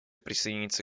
присоединиться